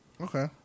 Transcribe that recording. Okay